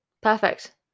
Perfect